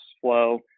flow